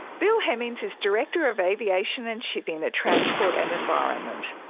bill hemmings is director of aviation and shipping at transport and environment,